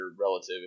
relative